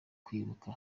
kwibuka